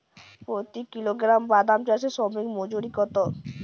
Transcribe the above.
প্রতি কিলোগ্রাম বাদাম চাষে শ্রমিক মজুরি কত?